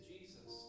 Jesus